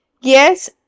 Yes